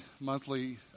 monthly